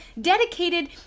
dedicated